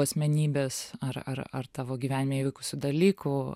asmenybės ar ar ar tavo gyvenime įvykusių dalykų